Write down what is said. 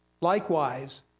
Likewise